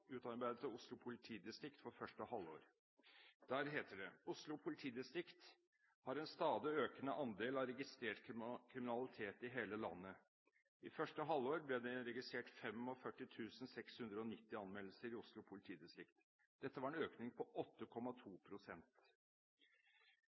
utarbeidet av Oslo politidistrikt for første halvår. Der heter det: «Oslo politidistrikt har en stadig økende andel av all registrert kriminalitet i hele landet. I første halvår 2012 ble det registrert 45 690 anmeldelser i Oslo politidistrikt. Dette var en økning på 8,2